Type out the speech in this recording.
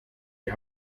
die